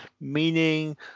meaning